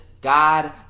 god